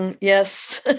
Yes